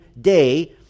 day